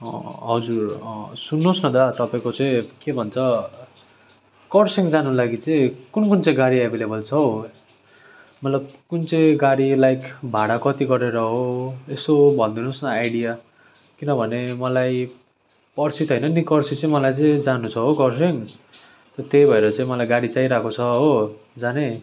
हजुर सुन्नुहोस् न दादा तपाईँको चाहिँ के भन्छ कर्सियङ जानु लागि चाहिँ कुन कुन चाहिँ गाडी एभाइलेबल छ हौ मतलब कुन चाहिँ गाडीलाई भाडा कति गरेर हो यसो भनिदिनुहोस् न आइडिया किनभने मलाई पर्सि त होइन निकर्सी चाहिँ मलाई चाहिँ जानु छ हो कर्सियङ र त्यही भएर चाहिँ मलाई गाडी चाहिरहेको छ हो जाने